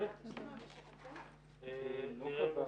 ננעלה בשעה